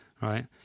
right